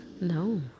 No